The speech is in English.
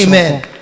Amen